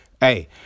hey